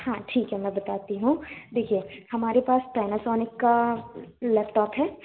हाँ ठीक है मैं बताती हूं देखिए हमारे पास पैनासॉनिक का लैपटॉप है